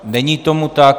Není tomu tak.